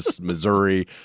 Missouri